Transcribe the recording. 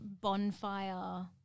bonfire